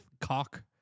cock